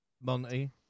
Monty